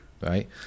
right